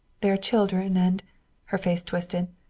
there are children and her face twisted.